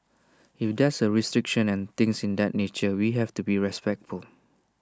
if there are restrictions and things in that nature we have to be respectful